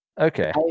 Okay